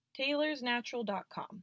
taylorsnatural.com